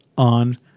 on